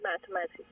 mathematics